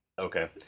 Okay